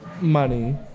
money